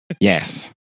yes